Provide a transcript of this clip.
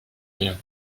rien